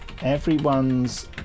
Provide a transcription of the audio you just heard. Everyone's